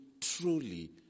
truly